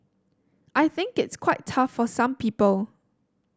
I think it's quite tough for some people